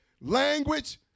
language